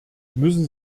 müssen